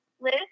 Liz